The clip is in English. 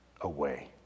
away